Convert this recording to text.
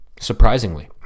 surprisingly